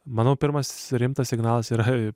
manau pirmas rimtas signalas yra